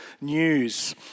News